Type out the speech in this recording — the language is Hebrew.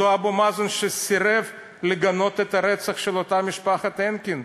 אותו אבו מאזן שסירב לגנות את הרצח של משפחת הנקין,